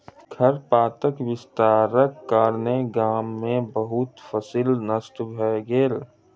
खरपातक विस्तारक कारणेँ गाम में बहुत फसील नष्ट भ गेल